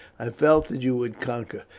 i felt that you would conquer.